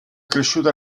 cresciuta